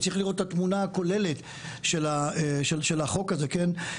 צריך לראות את התמונה הכוללת של החוק הזה, כן?